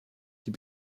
die